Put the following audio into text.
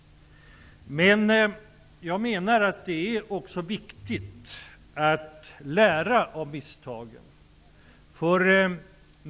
Jag menar att det är viktigt att lära av misstagen.